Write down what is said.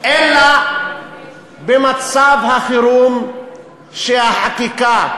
אלא במצב החירום שהחקיקה